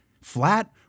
flat